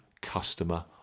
Customer